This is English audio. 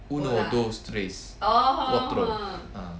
uh